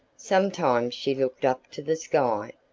sometimes she looked up to the sky.